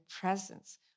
presence